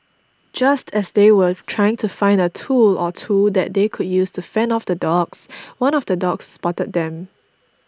just as they were trying to find a tool or two that they could use to fend off the dogs one of the dogs spotted them